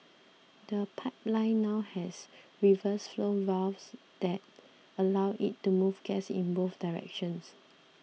the pipeline now has reverse flow valves that allow it to move gas in both directions